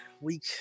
Week